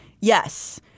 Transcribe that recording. Yes